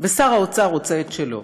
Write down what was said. ושר האוצר רוצה את שלו,